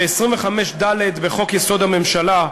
ו-25(ד) בחוק-יסוד: הממשלה,